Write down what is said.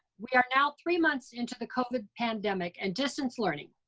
we are now three months into the covid pandemic and distance learning.